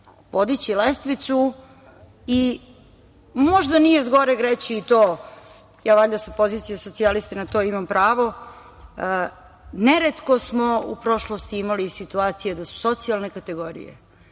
podići lestvicu i možda nije zgoreg reći i to, ja valjda sa pozicije socijalista na to imam pravo, neretko smo u prošlosti imali situacije da su socijalne kategorije